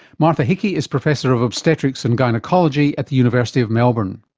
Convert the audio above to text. martha hickey is professor of obstetrics and gynaecology at the university of melbourne.